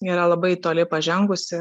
yra labai toli pažengusi